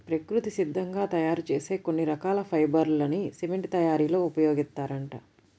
ప్రకృతి సిద్ధంగా తయ్యారు చేసే కొన్ని రకాల ఫైబర్ లని సిమెంట్ తయ్యారీలో ఉపయోగిత్తారంట